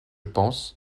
pense